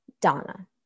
Donna